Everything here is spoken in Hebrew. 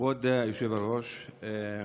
כבוד היושב-ראש,